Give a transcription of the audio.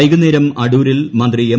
വൈകുന്നേരം അടൂരിൽ മന്ത്രി എം